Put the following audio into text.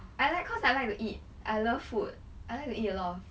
I like cause I like to eat I love food I like to eat a lot of